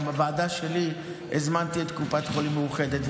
גם בוועדה שלי הזמנתי את קופת חולים מאוחדת,